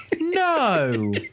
No